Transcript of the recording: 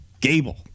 Gable